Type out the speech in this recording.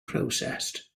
processed